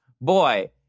Boy